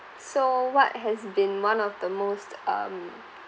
so what has been one of the most um